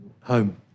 Home